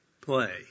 play